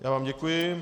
Já vám děkuji.